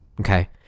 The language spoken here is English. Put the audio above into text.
Okay